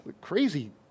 crazy